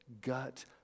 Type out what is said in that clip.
gut